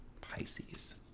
Pisces